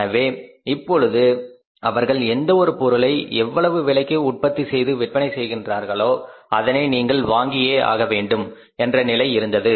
எனவே அப்பொழுது அவர்கள் எந்த பொருளை எவ்வளவு விலைக்கு உற்பத்தி செய்து விற்பனை செய்கின்றார்களோ அதனை நீங்கள் வாங்கியே ஆக வேண்டும் என்ற நிலைமை இருந்தது